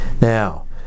Now